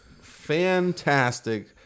fantastic